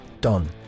Done